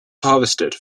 harvested